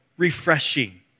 Refreshing